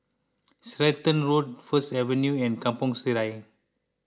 Stratton Road First Avenue and Kampong Sireh